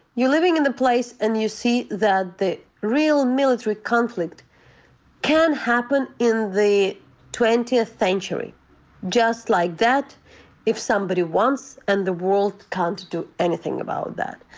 you're living in the place, and you see that the real military conflict can happen in the twentieth century just like that if somebody wants, and the world can't do anything about that.